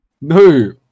No